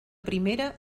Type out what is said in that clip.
primera